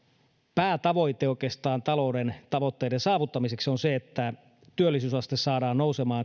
päätavoite talouden tavoitteiden saavuttamiseksi on että työllisyysaste saadaan nousemaan